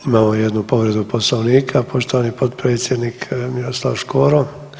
Imamo jednu povredu Poslovnika, poštovani potpredsjednik Miroslav Škoro.